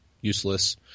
useless